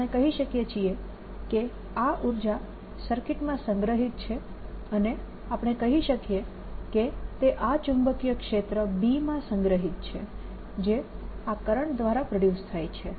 તેથી આપણે કહી શકીએ છીએ કે આ ઉર્જા સર્કિટમાં સંગ્રહિત છે અને આપણે કહી શકીએ કે તે આ ચુંબકીય ક્ષેત્ર B માં સંગ્રહિત છે જે આ કરંટ દ્વારા પ્રોડ્યુસ થાય છે